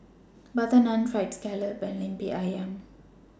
Butter Naan Fried Scallop and Lemper Ayam